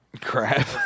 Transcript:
Crap